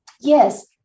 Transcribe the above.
yes